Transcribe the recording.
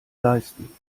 leisten